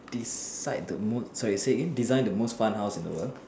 decide the most sorry say again design the most fun house in the world